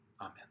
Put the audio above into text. Amen